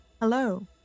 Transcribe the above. Hello